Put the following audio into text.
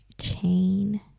chain